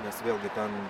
nes vėlgi ten